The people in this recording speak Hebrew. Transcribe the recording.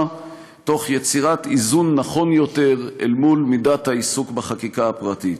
תוך יצירת איזון נכון יותר אל מול מידת העיסוק בחקיקה הפרטית.